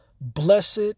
Blessed